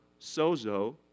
sozo